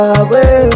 away